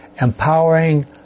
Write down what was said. empowering